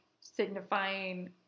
signifying